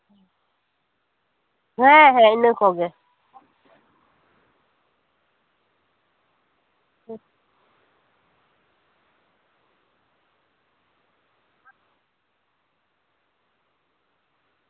ᱦᱮᱸ ᱦᱮᱸ ᱤᱱᱟᱹᱠᱚᱜᱮ ᱦᱩᱸ